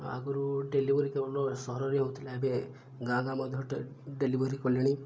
ଆଗରୁ ଡେଲିଭରି କେବଳ ସହରରେ ହଉଥିଲା ଏବେ ଗାଁ ଗାଁ ମଧ୍ୟ ଡେଲିଭରି କଲେଣି